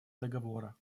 договора